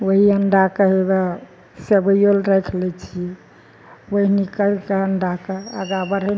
ओहि अंडा कऽ हेवए सेबैयो लऽ राइख लै छियै ओहनी कैर कऽ अंडा कऽ अगा बढ़ैने